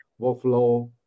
workflow